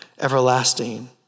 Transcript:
everlasting